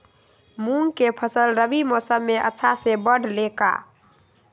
मूंग के फसल रबी मौसम में अच्छा से बढ़ ले का?